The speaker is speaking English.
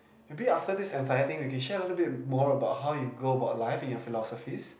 maybe be after this entire thing you can share a bit more about how you go about life and your philosophies